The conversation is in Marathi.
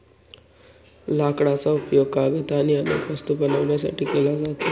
लाकडाचा उपयोग कागद आणि अनेक वस्तू बनवण्यासाठी केला जातो